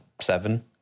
seven